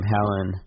Helen